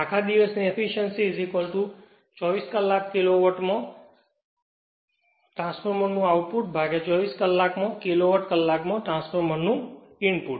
આખા દિવસની એફીશ્યંસી 24 કલાકમાં કિલોવોટ કલાકમાં ટ્રાન્સફોર્મરનું આઉટપુટ 24 કલાકમાં કિલોવોટ કલાકમાં ટ્રાન્સફોર્મર ઇનપુટ